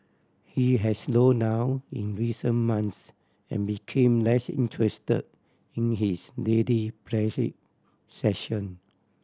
he had slowed down in recent months and became less interested in his daily session